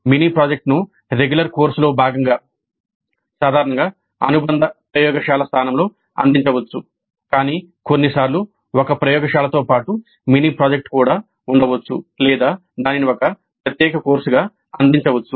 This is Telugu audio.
మినీ ప్రాజెక్ట్ను రెగ్యులర్ కోర్సులో భాగంగా సాధారణంగా అనుబంధ ప్రయోగశాల స్థానంలో అందించవచ్చు కానీ కొన్నిసార్లు ఒక ప్రయోగశాలతో పాటు మినీ ప్రాజెక్ట్ కూడా ఉండవచ్చు లేదా దానిని ఒక ప్రత్యేక కోర్సుగా అందించవచ్చు